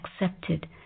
accepted